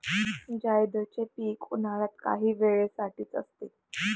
जायदचे पीक उन्हाळ्यात काही वेळे साठीच असते